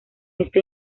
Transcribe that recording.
esta